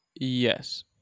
Yes